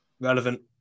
Relevant